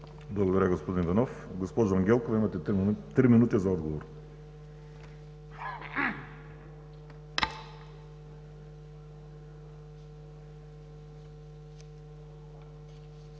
Благодаря, господин Иванов. Госпожо Ангелкова, имате три минути за отговор.